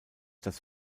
das